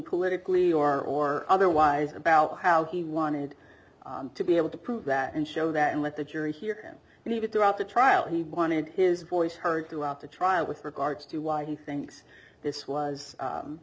politically or otherwise about how he wanted to be able to prove that and show that and let the jury hear him but even throughout the trial he wanted his voice heard throughout the trial with regards to why he thinks this was